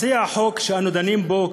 מציעי החוק שאנחנו דנים בו,